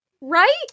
right